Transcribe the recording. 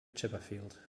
chipperfield